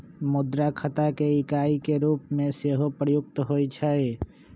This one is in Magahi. मुद्रा खता के इकाई के रूप में सेहो प्रयुक्त होइ छइ